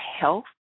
health